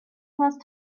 must